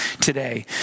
today